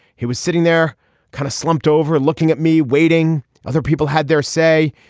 he was sitting there kind of slumped over looking at me waiting. other people had their say.